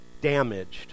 damaged